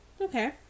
Okay